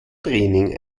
training